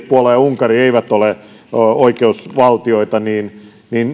puola ja unkari eivät ole oikeusvaltioita niin